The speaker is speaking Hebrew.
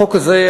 החוק הזה,